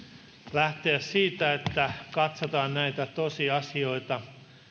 lähteä siitä että katsotaan tosiasioita